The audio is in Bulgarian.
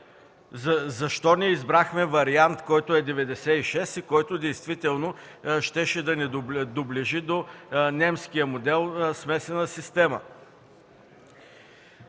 Защо не избрахме вариант 96, който действително щеше да ни доближи до немския модел смесена система?